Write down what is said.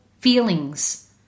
feelings